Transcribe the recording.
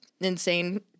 insane